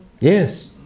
Yes